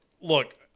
look